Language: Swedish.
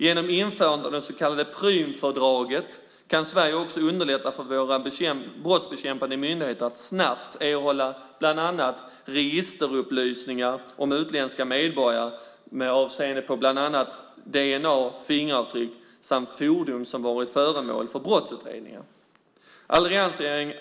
Genom införande av det så kallade Prümfördraget kan Sverige också underlätta för våra brottsbekämpande myndigheter att snabbt erhålla bland annat registerupplysningar om utländska medborgare med avseende på bland annat dna, fingeravtryck och fordon som varit föremål för brottsutredning.